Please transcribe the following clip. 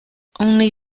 only